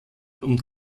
und